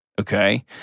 okay